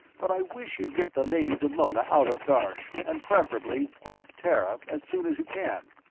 but i wish you'd get the lady dallona out of darsh, and preferably off terra, as soon as you can.